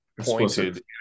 pointed